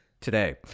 Today